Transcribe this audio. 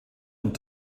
und